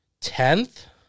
Tenth